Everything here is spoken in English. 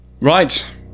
Right